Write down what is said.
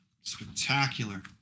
spectacular